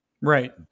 Right